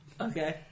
Okay